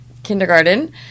Kindergarten